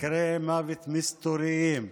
מקרי מוות מסתוריים,